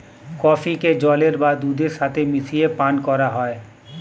কফিকে জলের বা দুধের সাথে মিশিয়ে পান করা হয়